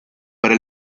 para